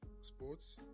Sports